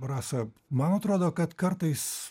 rasa man atrodo kad kartais